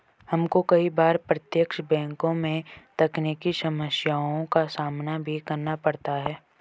हमको कई बार प्रत्यक्ष बैंक में तकनीकी समस्याओं का सामना भी करना पड़ता है